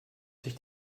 sich